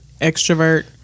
extrovert